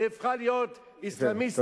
נהפכה לאסלאמיסטית.